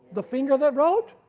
the finger that wrote?